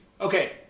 Okay